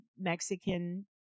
Mexican